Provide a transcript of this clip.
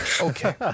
Okay